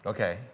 Okay